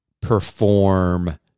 perform